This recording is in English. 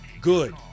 good